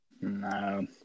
No